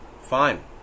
Fine